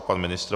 Pan ministr?